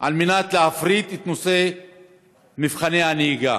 כדי להפריט את נושא מבחני הנהיגה.